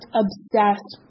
obsessed